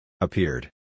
Appeared